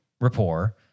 rapport